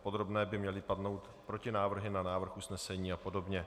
V podrobné by měly padnout protinávrhy na návrh usnesení apod.